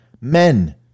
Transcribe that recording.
Men